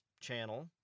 Channel